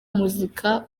muzika